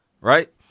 Right